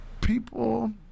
People